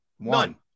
One